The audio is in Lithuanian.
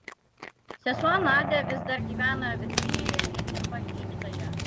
sesuo nadia vis dar gyvena virdžinijoje ir dirba gydytoja